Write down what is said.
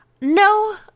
No